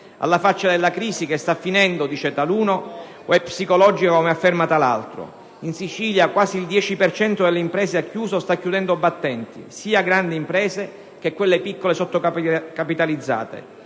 alla faccia della crisi che sta finendo - dice taluno - o è psicologica, come afferma talaltro. In Sicilia quasi il 10 per cento delle imprese ha chiuso o sta chiudendo i battenti; parlo sia di grandi imprese che di quelle piccole sottocapitalizzate.